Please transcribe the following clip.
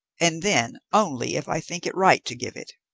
and then only if i think it right to give it.